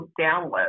download